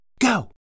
Go